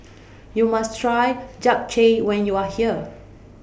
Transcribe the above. YOU must Try Japchae when YOU Are here